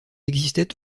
existait